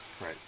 right